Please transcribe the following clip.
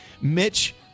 Mitch